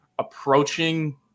approaching